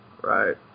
right